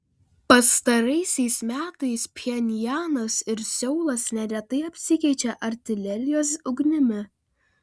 pastaraisiais metais pchenjanas ir seulas neretai apsikeičia artilerijos ugnimi